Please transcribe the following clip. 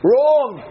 Wrong